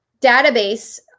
database